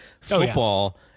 Football